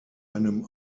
einem